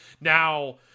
Now